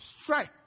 strike